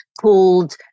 called